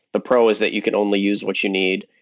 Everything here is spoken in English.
the pro is that you can only use what you need.